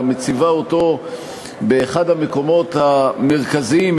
אלא מציבה אותו באחד המקומות המרכזיים,